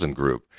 group